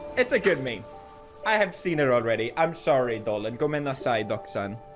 it's a good mean i have seen it already i'm sorry. darlin come in the side dock son